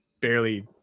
barely